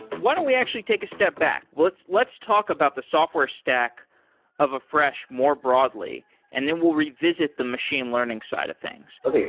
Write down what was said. why don't we actually take a step back? let's let's talk about the software stack of afresh more broadly and then we'll revisit the machine learning side of things. okay,